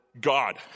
God